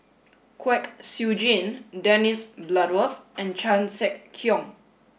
Kwek Siew Jin Dennis Bloodworth and Chan Sek Keong